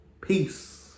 Peace